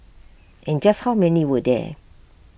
and just how many were there